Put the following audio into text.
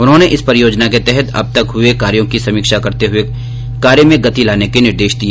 उन्होंने इस परियोजना के तहत अब तक हुए कार्यों की समीक्षा करते हुए कार्य में गति लाने के निर्देश दिए